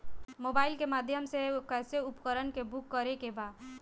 Mobile के माध्यम से कैसे उपकरण के बुक करेके बा?